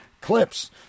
clips